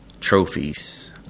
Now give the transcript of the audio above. trophies